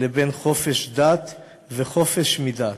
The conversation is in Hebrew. לבין חופש דת וחופש מדת.